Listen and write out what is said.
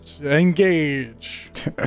engage